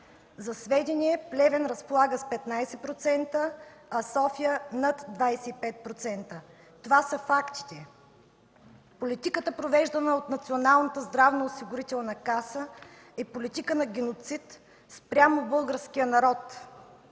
За сведение Плевен разполага с 15%, а София с над 25%. Това са фактите. Политиката провеждана от Националната здравноосигурителна каса е политика на геноцид спрямо българския народ.